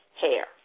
hair